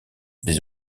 des